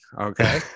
Okay